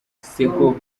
seko